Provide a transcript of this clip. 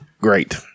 great